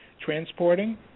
transporting